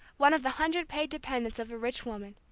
one of the hundred paid dependents of a rich woman.